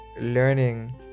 learning